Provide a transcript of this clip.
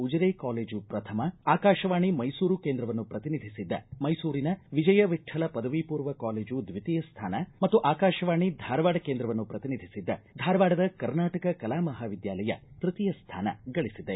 Ujire college ಪ್ರಥಮ ಆಕಾಶವಾಣಿ ಮೈಸೂರು ಕೇಂದ್ರವನ್ನು ಪ್ರತಿನಿಧಿಸಿದ್ದ ಮೈಸೂರಿನ ವಿಜಯವಿಕ್ಕಲ ಪದವಿಪೂರ್ವ ಕಾಲೇಜು ದ್ವಿತೀಯ ಸ್ಥಾನ ಮತ್ತು ಆಕಾಶವಾಣಿ ಧಾರವಾಡ ಕೇಂದ್ರವನ್ನು ಶ್ರತಿನಿಧಿಸಿದ್ದ ಧಾರವಾಡದ ಕರ್ನಾಟಕ ಕಲಾ ಮಹಾವಿದ್ಯಾಲಯ ತೃತೀಯ ಸ್ಥಾನ ಗಳಿಸಿದೆ